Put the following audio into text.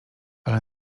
ale